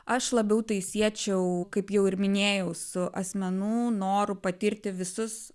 aš labiau tai siečiau kaip jau ir minėjau su asmenų noru patirti visus